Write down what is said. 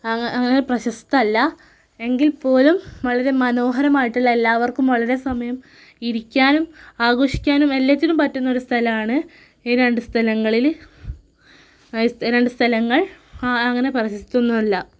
അങ്ങനെ അങ്ങനെ പ്രശസ്തമല്ല എങ്കില് പോലും വളരെ മനോഹരമായിട്ടുള്ള എല്ലാവര്ക്കും വളരെ സമയം ഇരിക്കാനും ആഘോഷിക്കാനും എല്ലാത്തിനും പറ്റുന്ന ഒരു സ്ഥലമാണ് ഈ രണ്ട് സ്ഥലങ്ങളിൽ ഈ രണ്ട് സ്ഥലങ്ങള് അങ്ങനെ പ്രശസ്തമൊന്നുമല്ല